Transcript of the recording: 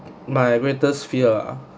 my greatest fear